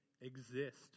exist